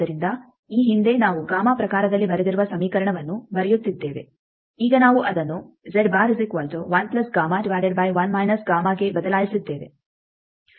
ಆದ್ದರಿಂದ ಈ ಹಿಂದೆ ನಾವು ಗಾಮಾ ಪ್ರಕಾರದಲ್ಲಿ ಬರೆದಿರುವ ಸಮೀಕರಣವನ್ನು ಬರೆಯುತ್ತಿದ್ದೇವೆ ಈಗ ನಾವು ಅದನ್ನು ಗೆ ಬದಲಾಯಿಸಿದ್ದೇವೆ